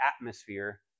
atmosphere